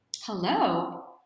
Hello